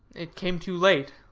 it came too late.